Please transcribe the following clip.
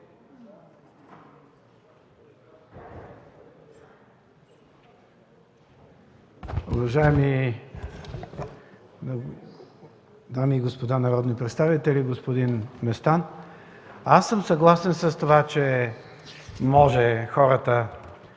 Уважаеми дами и господа народни представители! Господин Местан, аз съм съгласен с това, че може хората